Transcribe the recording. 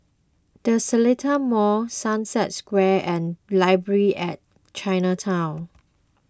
the Seletar Mall Sunset Square and Library at Chinatown